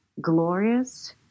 glorious